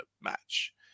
match